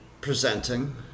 Presenting